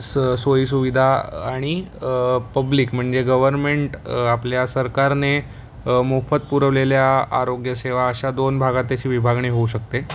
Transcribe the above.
स सोयीसुविधा आणि पब्लिक म्हणजे गवर्नमेंट आपल्या सरकारने मोफत पुरवलेल्या आरोग्य सेवा अशा दोन भागात त्याची विभागणी होऊ शकते